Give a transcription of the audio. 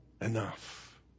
enough